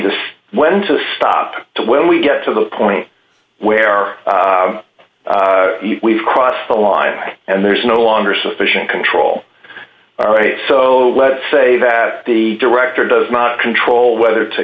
this when to stop to when we get to the point where we've crossed the line and there's no longer sufficient control so let's say that the director does not control whether to